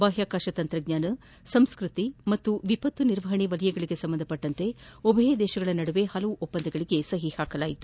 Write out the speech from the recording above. ಬಾಹ್ಯಾಕಾಶ ತಂತ್ರಜ್ಞಾನ ಸಂಸ್ಕೃತಿ ಮತ್ತು ವಿಪತ್ತು ನಿರ್ವಹಣೆ ವಲಯಗಳಿಗೆ ಸಂಬಂಧಿಸಿದಂತೆ ಉಭಯ ದೇಶಗಳ ನಡುವೆ ಒಪ್ಪಂದಗಳಿಗೆ ಸಹಿ ಹಾಕಲಾಗಿದೆ